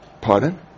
Pardon